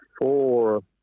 four